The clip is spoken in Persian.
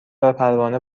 وپروانه